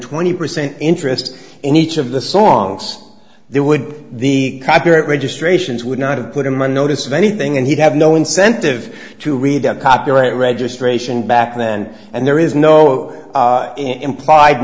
twenty percent interest in each of the songs there would be the copyright registrations would not have put him on notice of anything and he'd have no incentive to read them copyright registration back then and there is no implied